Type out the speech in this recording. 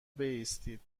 بایستید